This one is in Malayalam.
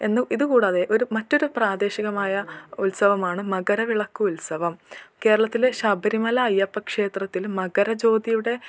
എന്നും ഇത് കൂടാതെ ഒരു മറ്റൊരു പ്രാദേശികമായ ഉത്സവമാണ് മകരവിളക്കുത്സവം കേരളത്തിലെ ശബരിമല അയ്യപ്പ ക്ഷേത്രത്തിൽ മകര ജ്യോതിയുടെ